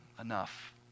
enough